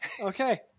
Okay